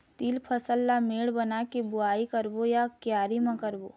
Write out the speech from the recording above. तील फसल ला मेड़ बना के बुआई करबो या क्यारी म करबो?